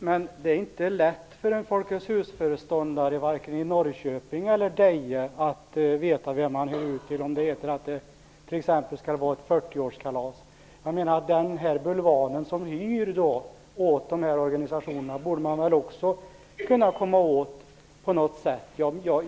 Herr talman! Det är inte lätt för en Folkets Husföreståndare vare sig i Norrköping eller Deje att veta vem man hyr ut till, om det heter att det t.ex. skall vara ett 40-årskalas. Bulvanen som hyr åt dessa organisationer borde man väl också kunna komma åt på något sätt.